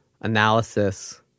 analysis